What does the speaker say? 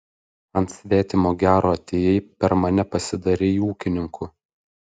ant svetimo gero atėjai per mane pasidarei ūkininku